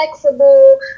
flexible